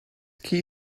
key